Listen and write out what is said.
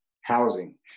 housing